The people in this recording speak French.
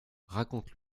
raconte